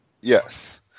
Yes